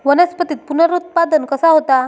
वनस्पतीत पुनरुत्पादन कसा होता?